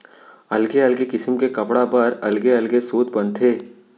अलगे अलगे किसम के कपड़ा बर अलगे अलग सूत बनथे